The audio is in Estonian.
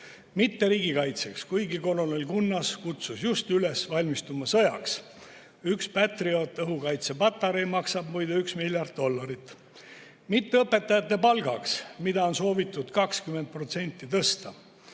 mitte riigikaitseks, kuigi kolonel Kunnas kutsus just üles valmistuma sõjaks. Üks Patriot õhukaitsepatarei maksab muide üks miljard dollarit. Mitte õpetajate palgaks, mida on soovitud 20% tõsta.